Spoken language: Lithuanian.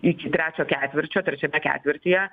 iki trečio ketvirčio trečiame ketvirtyje